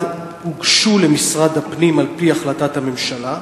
הוגשו למשרד הפנים על-פי החלטת הממשלה?